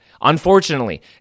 Unfortunately